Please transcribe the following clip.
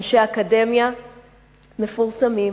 אנשי אקדמיה מפורסמים,